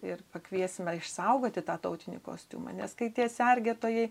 ir pakviesime išsaugoti tą tautinį kostiumą nes kai tie sergėtojai